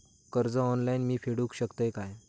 कर्ज ऑनलाइन मी फेडूक शकतय काय?